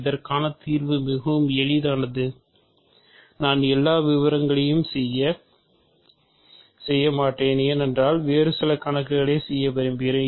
இதற்கான தீர்வு மிகவும் எளிதானது நான் எல்லா விவரங்களையும் செய்ய மாட்டேன் ஏனென்றால் வேறு சில கணக்குகளையும் செய்ய விரும்புகிறேன்